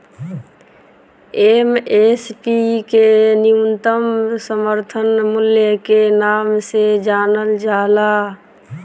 MSP के न्यूनतम समर्थन मूल्य के नाम से जानल जाला